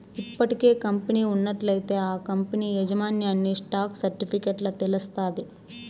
ఇప్పటికే కంపెనీ ఉన్నట్లయితే ఆ కంపనీ యాజమాన్యన్ని స్టాక్ సర్టిఫికెట్ల తెలస్తాది